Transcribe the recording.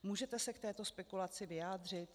Můžete se k této spekulaci vyjádřit?